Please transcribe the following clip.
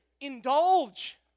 indulge